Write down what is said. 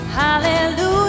hallelujah